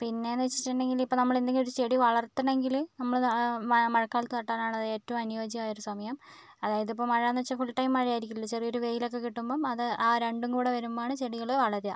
പിന്നെയെന്ന് വെച്ചിട്ടുണ്ടെങ്കിൽ ഇപ്പം നമ്മളെന്തെങ്കിലും ഒരു ചെടി വളർത്തണമെങ്കിൽ നമ്മളത് മഴ മഴക്കാലത്ത് നട്ടലാണത് ഏറ്റവും അനുയോജ്യമായൊരു സമയം അതായതിപ്പം മഴയെന്ന് വെച്ചാൽ ഫുൾ ടൈം മഴയായിരിക്കില്ലല്ലോ ചെറിയൊരു വെയിലൊക്കേ കിട്ടുമ്പം അത് ആ രണ്ടും കൂടി വരുമ്പം ആണ് ചെടികൾ വളരുക